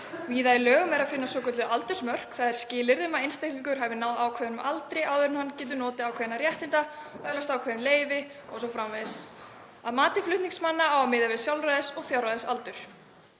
Víða í lögum er að finna svokölluð aldursmörk, þ.e. skilyrði um að einstaklingur hafi náð ákveðnum aldri áður en hann getur notið ákveðinna réttinda, öðlast ákveðin leyfi o.s.frv. Að mati flutningsmanna á að miða við sjálfræðis- og fjárræðisaldur.